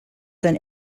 than